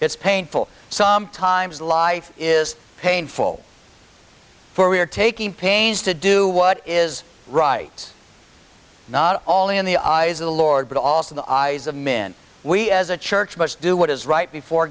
it's painful sometimes life is painful for we are taking pains to do what is right not only in the eyes of the lord but also the eyes of men we as a church must do what is right before